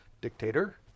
dictator